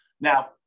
Now